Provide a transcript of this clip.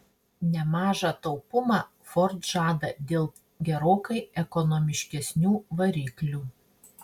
nemažą taupumą ford žada dėl gerokai ekonomiškesnių variklių